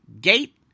Gate